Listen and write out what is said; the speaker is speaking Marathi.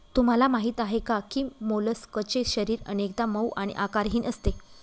तुम्हाला माहीत आहे का की मोलस्कचे शरीर अनेकदा मऊ आणि आकारहीन असते